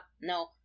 No